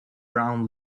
brown